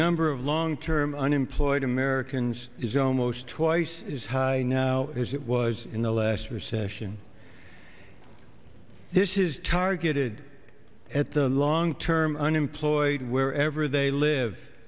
number of long term unemployed americans is almost twice as high now as it was in the last recession this is targeted at the long term unemployed wherever they live